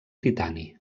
titani